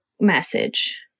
message